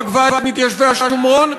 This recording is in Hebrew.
ולא רק ועד מתיישבי השומרון,